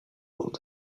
gold